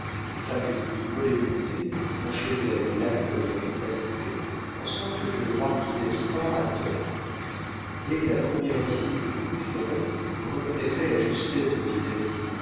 les femmes les plus collet monté vont chez elle et l'accueillent avec respect en sorte que le marquis d'espard a tort dès la première visite que vous lui ferez vous reconnaîtrez la justesse de mes avis